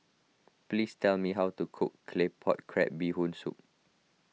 please tell me how to cook Claypot Crab Bee Hoon Soup